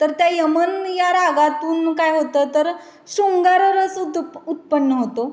तर त्या यमन या रागातून काय होतं तर शृंगाररस उद उत्पन्न होतो